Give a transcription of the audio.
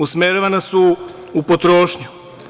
Usmeravana su u potrošnju.